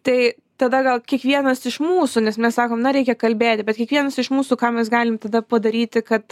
tai tada gal kiekvienas iš mūsų nes mes sakom na reikia kalbėti bet kiekvienas iš mūsų ką mes galim tada padaryti kad